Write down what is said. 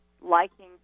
liking